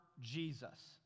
Jesus